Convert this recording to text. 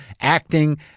acting